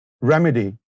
remedy